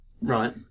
Right